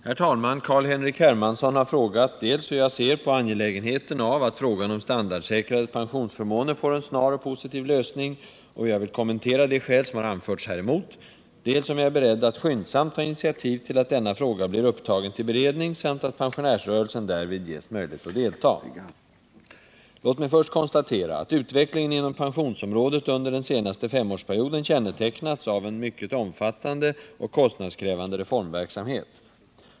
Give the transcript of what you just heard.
Herr talman! Carl-Henrik Hermansson har frågat dels hur jag ser på angelägenheten av att frågan om standardsäkrade pensionsförmåner får en snar och positiv lösning och hur jag vill kommentera de skäl som anförts häremot, dels om jag är beredd att skyndsamt ta initiativ till att denna fråga blir upptagen till beredning samt att pensionärsrörelsen därvid ges möjlighet att delta. Låt mig först konstatera att utvecklingen inom pensionsområdet under den senaste femårsperioden kännetecknats av en mycket omfattande och kostnadskrävande reformverksamhet.